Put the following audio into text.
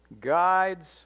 guides